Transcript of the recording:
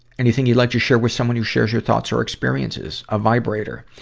anything you'd like to share with someone who shares your thoughts or experiences? a vibrator.